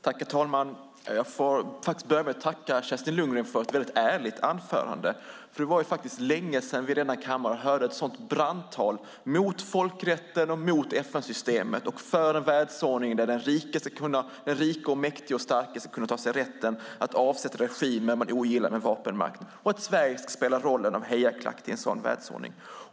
Herr talman! Jag får börja med att tacka Kerstin Lundgren för ett väldigt ärligt anförande. Det är länge sedan vi i denna kammare hört ett sådant brandtal mot folkrätten och mot FN-systemet och för en världsordning där den rike, mäktige och starke ska kunna ta sig rätten att med vapenmakt avsätta regimer som ogillas och att Sverige ska spela rollen som hejaklack till en sådan världsordning.